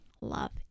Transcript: love